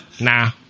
Nah